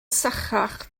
sychach